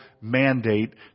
mandate